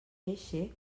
eixe